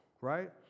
Right